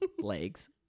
Legs